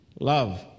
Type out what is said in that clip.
Love